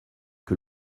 que